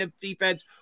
defense